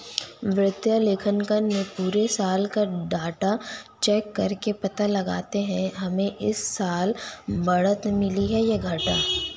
वित्तीय लेखांकन में पुरे साल का डाटा चेक करके पता लगाते है हमे इस साल बढ़त मिली है या घाटा